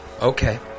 Okay